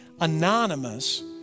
anonymous